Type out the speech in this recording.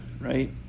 right